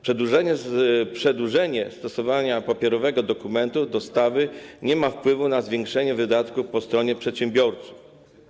Przedłużenie stosowania papierowego dokumentu dostawy nie ma wpływu na zwiększenie wydatków po stronie przedsiębiorców.